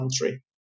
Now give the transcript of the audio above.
country